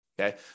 okay